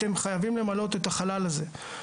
ואתם חייבים למלא את החלל הזה.